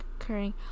occurring